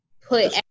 put